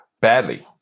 badly